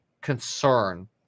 concern